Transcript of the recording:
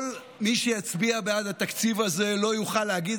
כל מי שיצביע בעד התקציב הזה לא יוכל להגיד